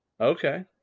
okay